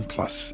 Plus